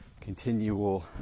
continual